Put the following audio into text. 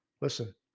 listen